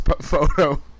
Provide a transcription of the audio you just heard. photo